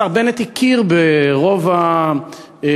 השר בנט הכיר ברוב הבקשות.